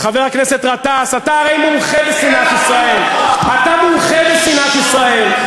חבר הכנסת גטאס, אתה הרי מומחה בשנאת ישראל.